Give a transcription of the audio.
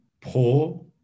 poor